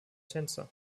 tänzer